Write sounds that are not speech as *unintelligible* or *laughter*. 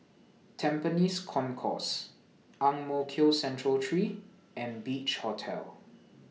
Tampines Concourse Ang Mo Kio Central *unintelligible* three and Beach Hotel